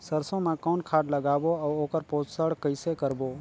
सरसो मा कौन खाद लगाबो अउ ओकर पोषण कइसे करबो?